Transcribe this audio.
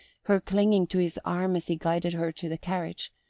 her clinging to his arm as he guided her to the carriage,